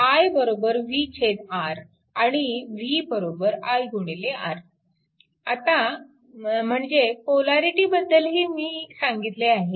i vR आणि v i R आता म्हणजे पोलॅरिटीबद्दलही मी सांगितले आहे